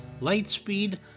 Lightspeed